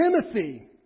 Timothy